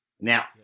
Now